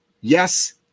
Yes